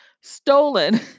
stolen